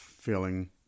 feeling